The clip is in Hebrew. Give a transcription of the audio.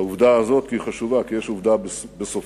לעובדה הזאת, כי היא חשובה, כי יש עובדה בסופה.